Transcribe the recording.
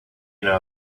know